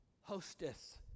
Hostess